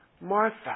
Martha